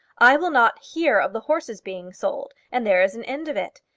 i will not hear of the horses being sold, and there is an end of it.